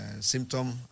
symptom